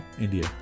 India